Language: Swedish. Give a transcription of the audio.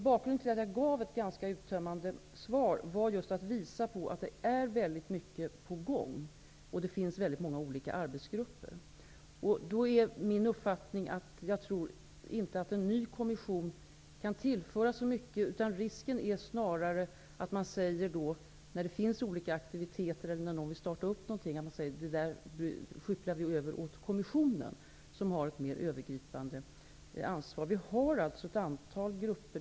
Bakgrunden till att jag gav ett ganska uttömmande svar var att jag ville visa på att mycket är på gång. Det finns många olika arbetsgrupper. Min uppfattning är att en ny kommission inte kan tillföra så mycket. Risken är snarare att man då skyfflar över förslag till aktiviteter osv. åt kommissionen, som har ett mer övergripande ansvar. Vi har ett antal grupper.